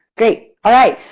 great! alright!